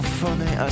funny